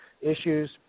issues